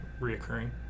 reoccurring